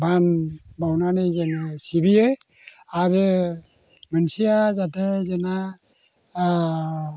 मान बाउनानै जोङो सिबियो आरो मोनसेया जादों जोंना